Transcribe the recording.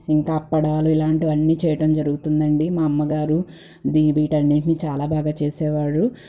ఇంకా అప్పడాలు ఇలాంటివన్నీ చెయ్యడం జరుగుతుందండి మా అమ్మగారు దీ వీటన్నిటిని చాలా బాగా చేసేవారు